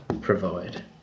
provide